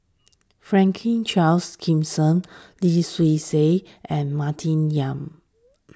Franklin Charles Gimson Lim Swee Say and Martin Yan